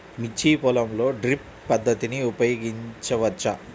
మిర్చి పొలంలో డ్రిప్ పద్ధతిని ఉపయోగించవచ్చా?